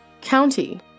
County